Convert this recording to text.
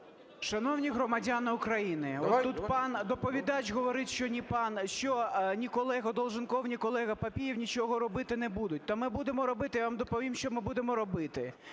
Шановні громадяни України, отут пан доповідач говорить, що ні колега Долженков, ні колега Папієв нічого робити не будуть. То ми будемо робити, я вам доповім, що ми будемо робити.